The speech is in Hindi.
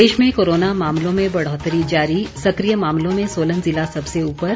प्रदेश में कोरोना मामलों में बढ़ौतरी जारी सक्रिय मामलों में सोलन ज़िला सबसे ऊपर